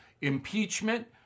impeachment